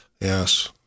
yes